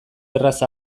erraz